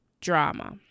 drama